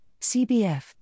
CBF